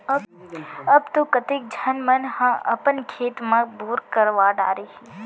अब तो कतेक झन मन ह अपन खेत म बोर करवा डारे हें